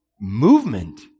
movement